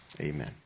Amen